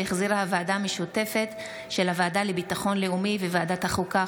שהחזירה הוועדה המשותפת של הוועדה לביטחון לאומי וועדת החוקה,